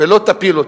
ולא תפיל אותו.